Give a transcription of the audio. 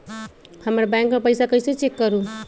हमर बैंक में पईसा कईसे चेक करु?